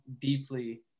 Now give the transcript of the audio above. deeply